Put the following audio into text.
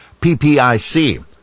PPIC